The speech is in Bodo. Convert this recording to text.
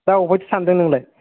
दा अबेहायथ' सानदों नोंलाय